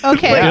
Okay